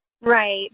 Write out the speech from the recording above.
Right